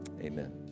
Amen